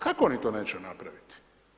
Kako oni to neće napraviti?